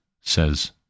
says